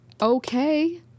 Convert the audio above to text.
okay